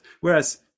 Whereas